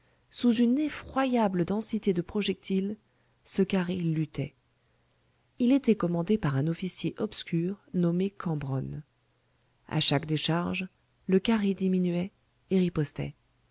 sous une effroyable densité de projectiles ce carré luttait il était commandé par un officier obscur nommé cambronne à chaque décharge le carré diminuait et ripostait